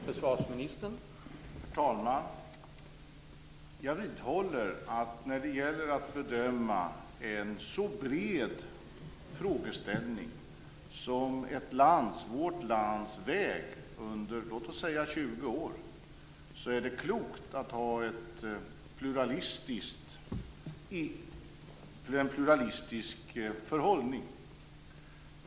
Herr talman! Jag vidhåller att det när det gäller att bedöma en så bred frågeställning som vårt lands väg under låt oss säga 20 år är klokt att ha ett pluralistiskt förhållningssätt.